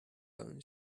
than